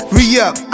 Re-up